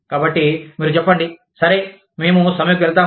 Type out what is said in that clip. కాబట్టి మీరు చెప్పండి సరే మేము సమ్మెకు వెళ్తాము